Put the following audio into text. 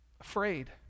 afraid